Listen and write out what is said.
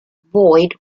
boyd